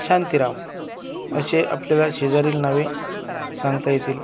शांतीराम असे आपल्याला शेजारील नावे सांगता येतील